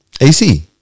AC